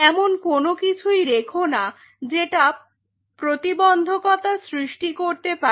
এমন কোন কিছুই রেখোনা যেটা প্রতিবন্ধকতা সৃষ্টি করতে পারে